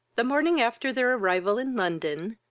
the morning after their arrival in london,